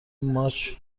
ماچ